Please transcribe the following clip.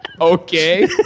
Okay